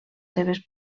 seves